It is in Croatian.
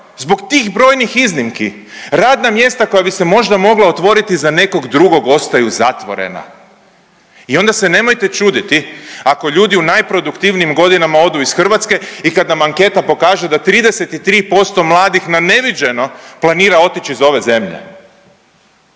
zbog tih brojnih iznimki, radna mjesta koja bi se možda mogla otvoriti za nekog drugog, ostaju zatvorena i onda se nemojte čuditi ako ljudi u najproduktivnijim godinama odu iz Hrvatske i kad nam anketa pokaže da 33% mladih na neviđeno planira otići iz ove zemlje.